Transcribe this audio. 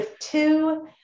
two